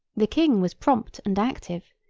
the king was prompt and active,